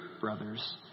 brothers